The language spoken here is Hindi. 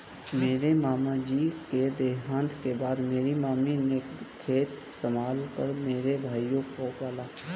मेरे मामा जी के देहांत के बाद मेरी मामी ने खेत संभाल कर मेरे भाइयों को पाला